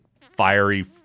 fiery